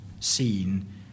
Seen